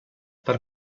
per